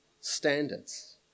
standards